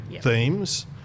themes